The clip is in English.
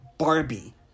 Barbie